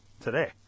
today